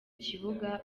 kibuga